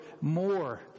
more